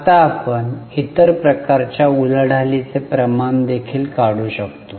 आता आपण इतर प्रकारच्या उलाढालीचे प्रमाण देखील काढू शकतो